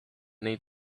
need